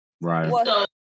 Right